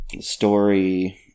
story